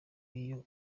iyo